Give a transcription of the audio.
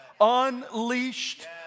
unleashed